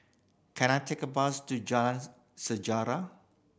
can I take a bus to Jalan Sejarah